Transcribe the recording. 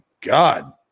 God